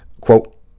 quote